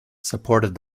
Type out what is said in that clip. supported